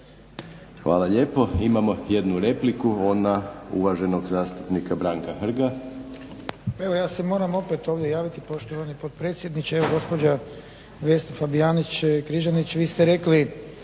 Hvala lijepo. Imamo jednu repliku, ona uvaženog zastupnika Branka Hrga. **Hrg, Branko (HSS)** Evo ja se moram opet ovdje javiti poštovani potpredsjedniče evo gospođa Vesna Fabijančić-Križanić vi ste rekli